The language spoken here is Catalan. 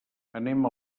anem